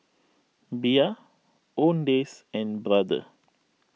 Bia Owndays and Brother